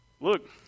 Look